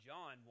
John